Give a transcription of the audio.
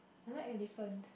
I like elephant